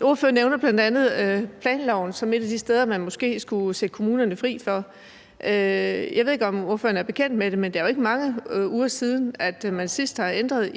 Ordføreren nævner bl.a. planloven som et af de steder, hvor man måske skulle sætte kommunerne fri. Jeg ved ikke, om ordføreren er bekendt med det, men det er jo ikke mange uger siden, at man sidst ændrede